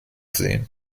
sehen